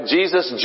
Jesus